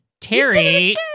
Terry